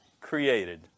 created